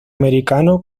americano